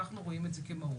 אנחנו רואים את זה כמהות.